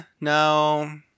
no